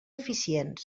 eficient